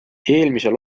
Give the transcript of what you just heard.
eelmisel